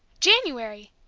january!